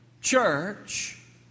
Church